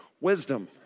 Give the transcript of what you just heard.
wisdom